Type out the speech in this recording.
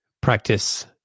practice